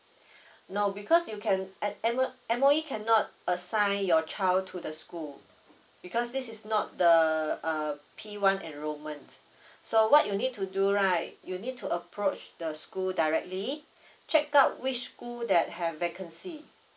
no because you can at at M~ M_O_E cannot assign your child to the school because this is not the uh p one enrollment so what you need to do right you need to approach the school directly check out which school that have vacancy